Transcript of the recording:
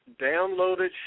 downloaded